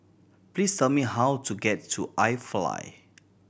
please tell me how to get to iFly